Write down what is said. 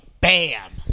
Bam